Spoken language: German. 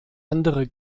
andere